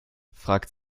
fragte